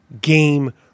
game